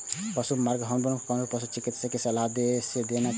पशु मे हार्मोन कोनो पशु चिकित्सक के सलाह सं देना चाही